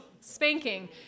spanking